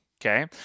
Okay